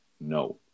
no